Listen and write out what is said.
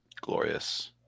Glorious